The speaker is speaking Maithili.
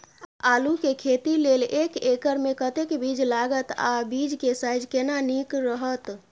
आलू के खेती लेल एक एकर मे कतेक बीज लागत आ बीज के साइज केना नीक रहत?